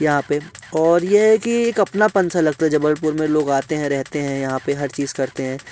यहाँ पे और ये है कि एक अपनापन सा लगता है जबलपुर में लोग आते हैं रहते हैं यहाँ पे हर चीज करते हैं